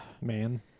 man